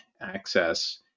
access